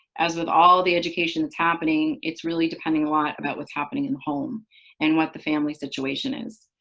as with all the education that's happening, it's really depending a lot about what's happening in the home and what the family situation is.